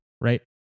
right